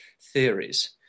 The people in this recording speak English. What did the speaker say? theories